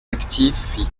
actifs